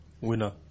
Winner